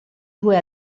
due